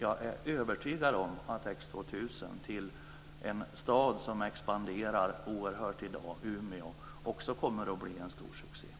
Jag är övertygad om att X 2000 till en stad som expanderar oerhört i dag, Umeå, också kommer att bli en stor succé.